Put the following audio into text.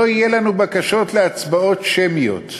לא יהיו לנו בקשות להצבעות שמיות,